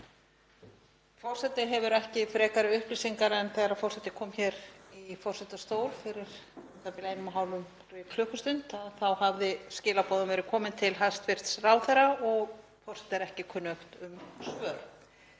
Forseti hefur ekki frekari upplýsingar en þegar forseti kom í forsetastól fyrir u.þ.b. einum og hálfum klukkutíma þá hafði skilaboðum verið komið til hæstv. ráðherra og forseta er ekki kunnugt um svör.